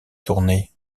tournée